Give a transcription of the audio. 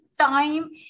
time